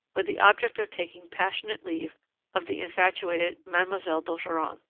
with the object of taking passionate leave of the infatuated mademoiselle d'ogeron.